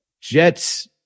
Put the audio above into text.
Jets